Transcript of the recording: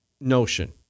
notion